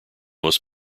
most